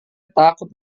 takut